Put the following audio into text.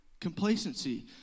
complacency